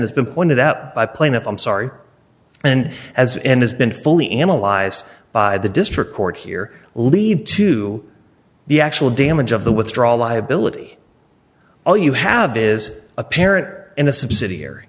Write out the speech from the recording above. has been pointed out by plaintiff i'm sorry and as and has been fully analyzed by the district court here lead to the actual damage of the withdrawal liability all you have is a parent in a subsidiary